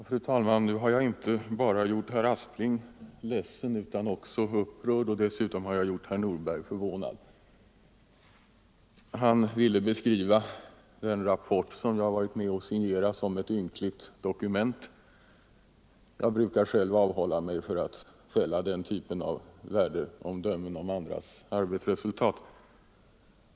Fru talman! Nu har jag inte bara gjort herr Aspling ledsen utan också upprörd. Dessutom har jag gjort herr Nordberg förvånad. Herr Nordberg ville beskriva den rapport som jag varit med och signerat som ett ynkligt dokument. Jag brukar själv avhålla mig från att fälla den typen av värdeomdömen om andras arbetsresultat.